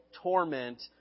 Torment